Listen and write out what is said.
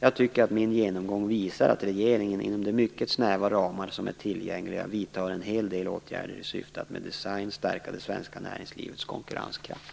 Jag tycker att min genomgång visar att regeringen, inom de mycket snäva ramar som är tillgängliga, vidtar en hel del åtgärder i syfte att med design stärka det svenska näringslivets konkurrenskraft.